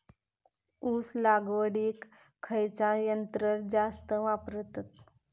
ऊस लावडीक खयचा यंत्र जास्त वापरतत?